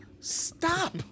Stop